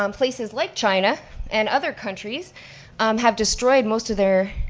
um places like china and other countries have destroyed most of their,